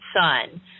son